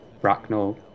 Bracknell